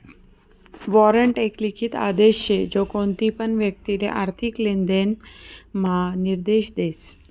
warrant एक लिखित आदेश शे जो कोणतीपण व्यक्तिले आर्थिक लेनदेण म्हा निर्देश देस